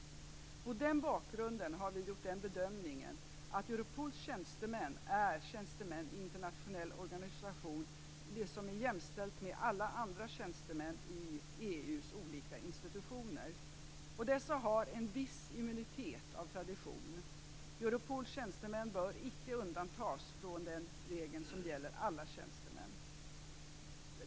Mot den bakgrunden har vi gjort bedömningen att Europols tjänstemän är tjänstemän i internationell organisation och jämställda med alla andra tjänstemän i EU:s olika institutioner. Dessa har en viss immunitet av tradition. Europols tjänstemän bör icke undantas från den regeln, som gäller alla tjänstemän.